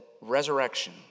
resurrection